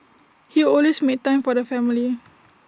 he always made time for the family